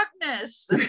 Darkness